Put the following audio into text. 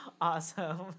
Awesome